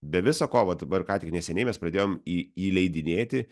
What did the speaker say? be visa ko va dabar ką tik neseniai mes pradėjom į įleidinėti